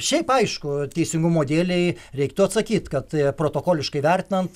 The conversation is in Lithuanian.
šiaip aišku teisingumo dėlei reiktų atsakyt kad protokoliškai vertinant